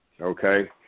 Okay